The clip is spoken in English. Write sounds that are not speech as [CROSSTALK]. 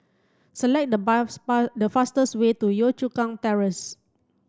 select the bar [UNINTELLIGIBLE] the fastest way to Yio Chu Kang Terrace